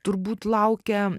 turbūt laukia